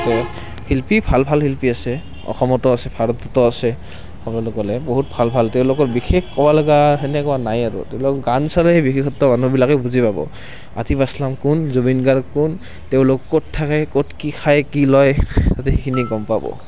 শিল্পী ভাল ভাল শিল্পী আছে অসমতো আছে ভাৰততো আছে ক'বলৈ গ'লে বহুত ভাল ভাল তেওঁলোকৰ বিশেষ ক'বলগা সেনেকুৱা নাই আৰু তেওঁলোকে গান চানেই বিশেষত্ব মানুহবিলাকে বুজি পাব আটিফ আছলাম কোন জুবিন গাৰ্গ কোন তেওঁলোক ক'ত থাকে ক'ত কি খায় কি লয় সেইখিনি গম পাব